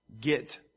get